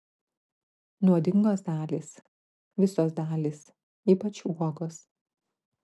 nuodingos dalys visos dalys ypač uogos